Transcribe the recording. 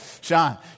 Sean